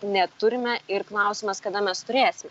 neturime ir klausimas kada mes turėsim